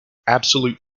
absolute